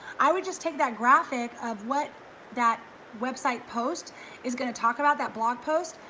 i would just take that graphic of what that website post is gonna talk about that blog post.